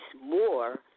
more